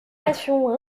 passions